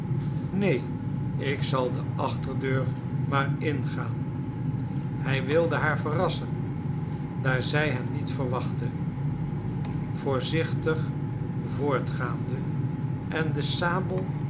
neen ik zal de achterdeur maar ingaan hij wilde haar verrassen daar zij hem niet verwachtte voorzichtig voortgaande en den